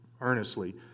earnestly